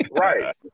Right